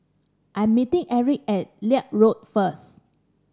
I'm meeting Erick at Leith Road first